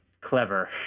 clever